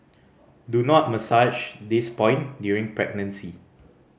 do not massage this point during pregnancy